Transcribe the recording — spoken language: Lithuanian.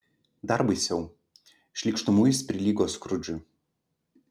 dar baisiau šykštumu jis prilygo skrudžui